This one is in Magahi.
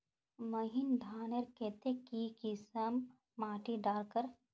महीन धानेर केते की किसम माटी डार कर?